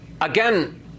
again